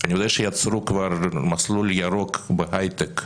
אני יודע שיצרו כבר מסלול ירוק בהייטק.